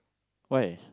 why